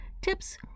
tips